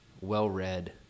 well-read